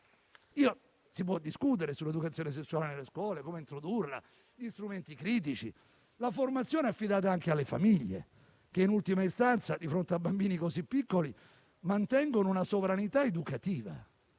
Si può discutere sull'educazione sessuale nelle scuole, su come introdurla, sugli strumenti critici. La formazione è affidata anche alle famiglie, che in ultima istanza, di fronte a bambini così piccoli, mantengono una sovranità educativa